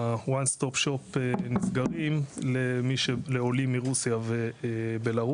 ה-"one stop shop" נסגרים לעולים מרוסיה ובלרוס,